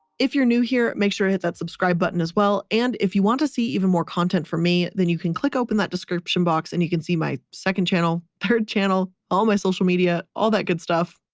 if you're new here, make sure to hit that subscribe button as well. and if you want to see even more content from me, then you can click open that description box and you can see my second channel, third channel, all my social media, all that good stuff,